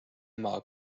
ema